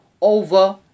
over